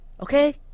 Okay